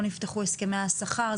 לא נפתחו הסכמי השכר,